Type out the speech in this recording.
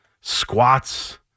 squats